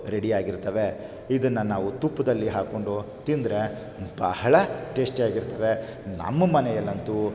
ರೆಡಿಯಾಗಿರ್ತವೆ ಇದನ್ನು ನಾವು ತುಪ್ಪದಲ್ಲಿ ಹಾಕ್ಕೊಂಡು ತಿಂದರೆ ಬಹಳ ಟೇಸ್ಟಿಯಾಗಿರ್ತದೆ ನಮ್ಮ ಮನೆಯಲ್ಲಂತೂ